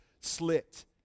slit